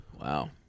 Wow